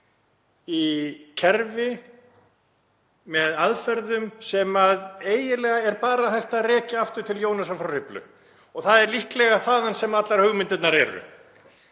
í kerfi með aðferðum sem eiginlega er bara hægt að rekja aftur til Jónasar frá Hriflu. Það er líklega þaðan sem allar hugmyndirnar eru.